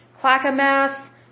Clackamas